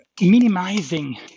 minimizing